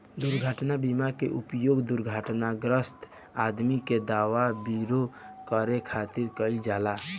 दुर्घटना बीमा के उपयोग दुर्घटनाग्रस्त आदमी के दवा विरो करे खातिर कईल जाला